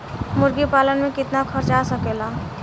मुर्गी पालन में कितना खर्च आ सकेला?